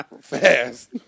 Fast